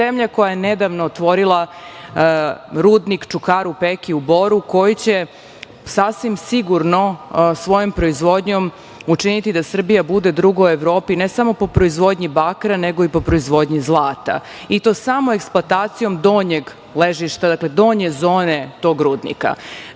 zemlja koja je nedavno otvorila rudnik „Čukaru Peki“ u Boru, koji će sasvim sigurno svojom proizvodnjom učiniti da Srbija bude druga u Evropi ne samo po proizvodnji bakra, nego i po proizvodnji zlata i to samo eksploatacijom donjeg ležišta, dakle donje zone tog rudnika. Kreće